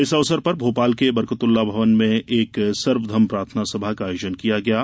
इस अवसर पर भोपाल के बरकतउल्ला भवन में एक सर्वधर्म प्रार्थना सभा का आयोजन किया गया है